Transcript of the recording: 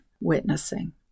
witnessing